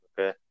Okay